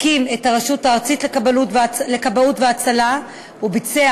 הקים את הרשות הארצית לכבאות והצלה וביצע